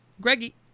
Greggy